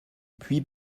puits